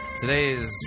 Today's